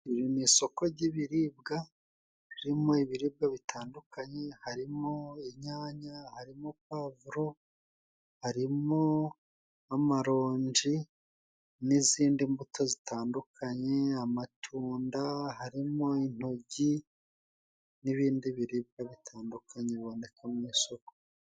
Iri ni isoko ry'ibiribwa birimo ibiribwa bitandukanye harimo inyanya harimo pavuro harimo amaronji n'izindi mbuto zitandukanye amatunda harimo intogi n'ibindi biribwa bitandukanye biboneka mu masoko.